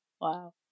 wow